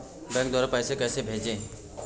Bank द्वारा पैसे कैसे भेजें?